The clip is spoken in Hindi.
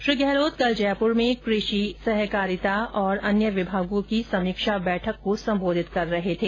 श्री गहलोत कल जयपुर में कृषि सहकारिता और अन्य विभागों की समीक्षा बैठक को सम्बोधित कर रहे थे